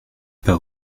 pas